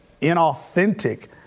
inauthentic